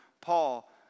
Paul